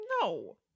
No